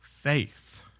Faith